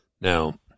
Now